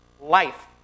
life